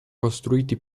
costruiti